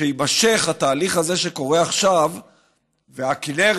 שיימשך התהליך הזה שקורה עכשיו והכינרת